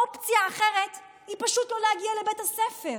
האופציה האחרת היא פשוט לא להגיע לבית הספר.